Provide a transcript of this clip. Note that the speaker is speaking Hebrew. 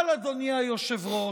אבל, אדוני היושב-ראש